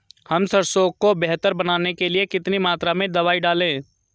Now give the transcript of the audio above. हम सरसों को बेहतर बनाने के लिए कितनी मात्रा में दवाई डालें?